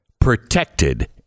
protected